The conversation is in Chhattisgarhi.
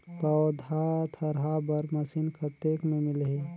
पौधा थरहा बर मशीन कतेक मे मिलही?